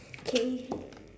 K